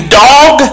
dog